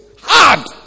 Hard